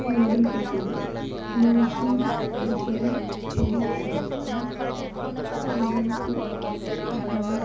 ಮಾಡಲ್ಪಟ್ಟಿದೆ ಮೈಸೂರು ದಸರಾ ಮಹೋತ್ಸವಕ್ಕೆ ನಾಲ್ಕು ಅಥವಾ